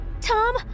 Tom